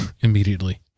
immediately